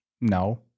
no